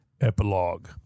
epilogue